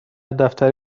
دفتر